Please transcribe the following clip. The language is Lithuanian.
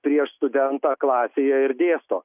prieš studentą klasėje ir dėsto